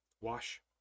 Wash